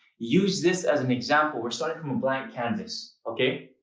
use this as an example. we're starting from a blank canvas, okay.